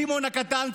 סימון הקטן,